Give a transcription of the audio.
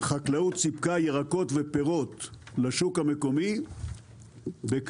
החקלאות סיפקה ירקות ופירות לשוק המקומי בכמות